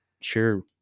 sure